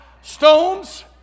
stones